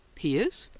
he is?